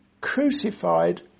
crucified